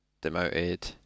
demoted